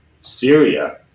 Syria